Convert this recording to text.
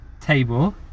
table